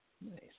Nice